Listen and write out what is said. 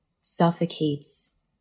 suffocates